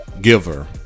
giver